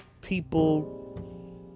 People